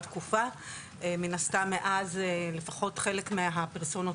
תקופה מן הסתם מאז לפחות חלק מהפרסונות